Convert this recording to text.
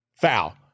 foul